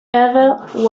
ether